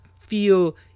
feel